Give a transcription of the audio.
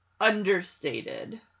understated